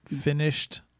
finished